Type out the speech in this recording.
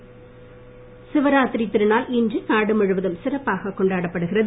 சிவராத்திரி சிவராத்திரி திருநாள் இன்று நாடு முழுவதும் சிறப்பாக கொண்டாடப்படுகிறது